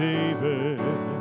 David